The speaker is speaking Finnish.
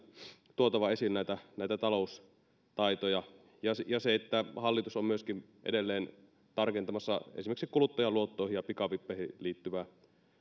tuotava esiin taloustaitoja ja se että hallitus on myöskin edelleen tarkentamassa esimerkiksi kuluttajaluottoihin ja pikavippeihin